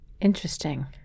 Interesting